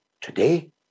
today